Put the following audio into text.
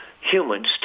humans